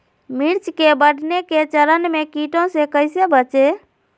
मिर्च के बढ़ने के चरण में कीटों से कैसे बचये?